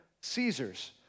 Caesars